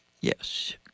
yes